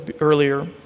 earlier